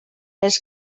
les